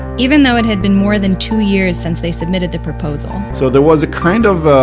even though it had been more than two years since they submitted the proposal so there was a kind of ah